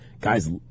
guys